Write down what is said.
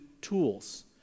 tools